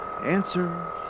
Answer